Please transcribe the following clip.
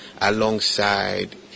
alongside